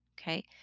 Okay